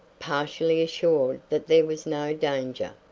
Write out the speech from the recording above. partially assured that there was no danger.